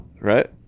right